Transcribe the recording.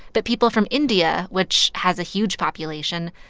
but people from india, which has a huge population,